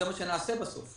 זה מה שנעשה בסוף,